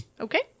Okay